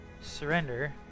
surrender